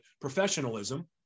professionalism